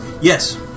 Yes